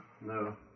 No